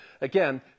Again